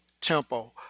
tempo